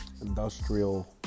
industrial